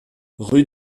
rue